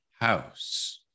house